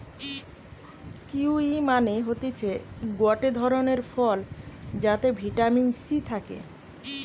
kiwi মানে হতিছে গটে ধরণের ফল যাতে ভিটামিন সি থাকে